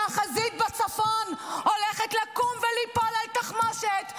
שהחזית בצפון הולכת לקום וליפול על תחמושת,